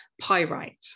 pyrite